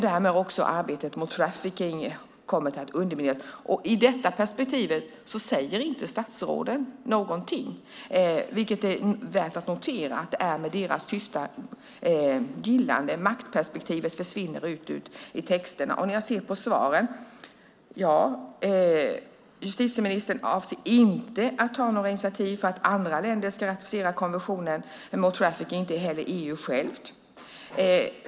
Därmed har också arbetet mot trafficking kommit att undermineras. I detta perspektiv säger inte statsråden någonting, vilket är värt att notera. Det är med deras tysta gillande som maktperspektivet försvinner ut ur texterna. Av svaret ser jag att justitieministern inte avser att ta några initiativ för att andra länder ska ratificera konventionen mot trafficking, inte heller EU självt.